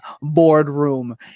boardroom